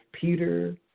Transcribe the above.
Peter